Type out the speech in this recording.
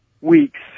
weeks